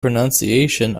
pronunciation